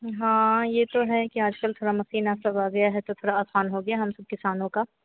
हाँ यह तो है कि आजकल थोड़ी मशीन आ सब आ गई है तो थोड़ा आसान हो गया है हम सब किसानों का